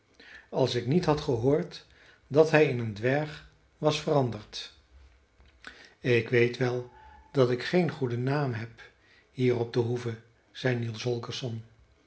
als ik niet had gehoord dat hij in een dwerg was veranderd ik weet wel dat ik geen goeden naam heb hier op de hoeve zei niels holgersson